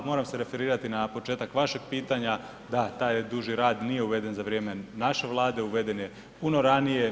Moram se referirati na početak vašeg pitanja, da taj duži rad nije uveden za vrijeme naše Vlade, uveden je puno ranije.